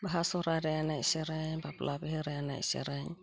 ᱵᱟᱦᱟ ᱥᱚᱦᱚᱨᱟᱭᱨᱮ ᱮᱱᱮᱡ ᱥᱮᱨᱮᱧ ᱵᱟᱯᱞᱟ ᱵᱤᱦᱟᱹᱨᱮ ᱮᱱᱮᱡ ᱥᱮᱨᱮᱧ